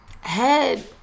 head